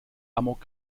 amok